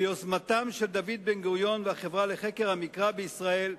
ביוזמתם של דוד בן-גוריון והחברה לחקר המקרא בישראל,